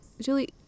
Julie